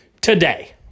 today